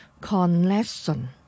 connection